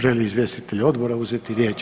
Želi li izvjestitelj odbora uzeti riječ?